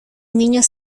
niños